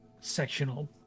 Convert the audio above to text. sectional